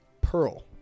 pearl